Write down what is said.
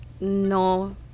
no